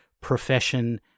profession